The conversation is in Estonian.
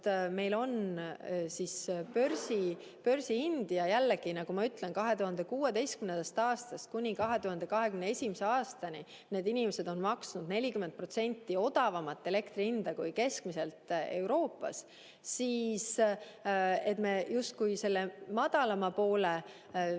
meil on börsihind – jällegi, nagu ma ütlesin, 2016. aastast kuni 2021. aastani on need inimesed maksnud 40% odavamat elektri hinda kui keskmiselt Euroopas –, siis me justkui selle madalama poole,